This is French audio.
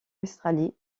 australie